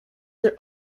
their